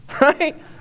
right